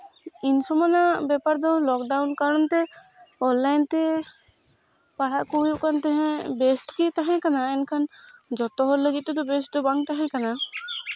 ᱤᱩᱱ ᱥᱚᱢᱚᱭᱟᱜ ᱵᱮᱯᱟᱨ ᱫᱚ ᱞᱚᱠᱰᱟᱣᱩᱱ ᱠᱟᱨᱚᱱᱛᱮ ᱚᱱᱞᱟᱭᱤᱱ ᱛᱮ ᱯᱟᱲᱦᱟᱜ ᱠᱚ ᱦᱩᱭᱩᱜ ᱠᱟᱱ ᱛᱟᱦᱮᱸᱫ ᱵᱮᱥᱜᱮ ᱛᱟᱦᱮᱸ ᱠᱟᱱᱟ ᱮᱱᱠᱷᱟᱱ ᱡᱚᱛᱚ ᱦᱚᱲ ᱞᱟᱹᱜᱤᱫ ᱛᱮᱫᱚ ᱵᱮᱥ ᱫᱚ ᱵᱟᱝ ᱛᱟᱦᱮᱸ ᱠᱟᱱᱟ